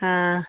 ಹಾಂ